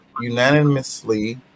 unanimously